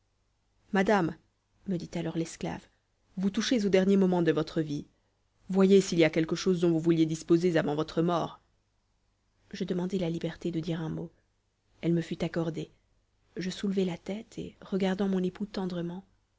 madame me dit alors l'esclave vous touchez au dernier moment de votre vie voyez s'il y a quelque chose dont vous vouliez disposer avant votre mort je demandai la liberté de dire un mot elle me fut accordée je soulevai la tête et regardant mon époux tendrement